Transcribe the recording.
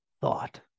thought